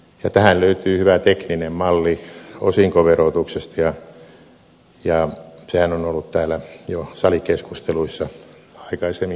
tähän löytyy hyvä tekninen malli osinkoverotuksesta ja sehän on ollut täällä jo salikeskusteluissa aikaisemminkin esillä